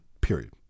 period